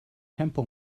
tempo